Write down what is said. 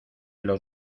los